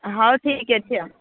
ହଉ ଠିକ ଅଛି ଆଉ